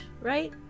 right